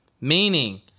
meaning